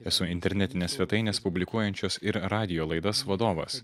esu internetinės svetainės publikuojančios ir radijo laidas vadovas